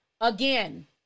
again